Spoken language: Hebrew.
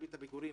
שריבית הפיגורים